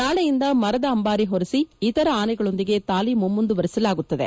ನಾಳೆಯಿಂದ ಮರದ ಅಂಬಾರಿ ಹೊರಿಸಿ ಇತರ ಆನೆಗಳೊಂದಿಗೆ ತಾಲೀಮು ಮುಂದುವರೆಸಲಾಗುತ್ತದೆ